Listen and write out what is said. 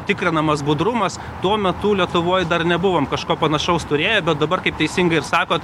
tikrinamas budrumas tuo metu lietuvoj dar nebuvom kažko panašaus turėję bet dabar kaip teisingai ir sakot